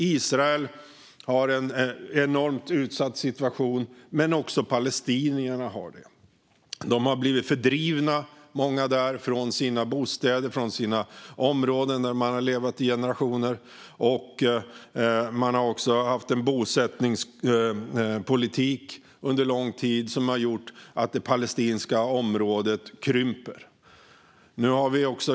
Israel har en enormt utsatt situation, men det har även palestinierna. Många palestinier har blivit fördrivna från sina bostäder och från sina områden där de har levt i generationer. Det har också under lång tid bedrivits en bosättningspolitik som har gjort att det palestinska området har krympt.